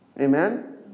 Amen